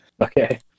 Okay